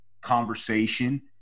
conversation